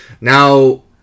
Now